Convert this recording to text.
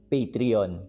Patreon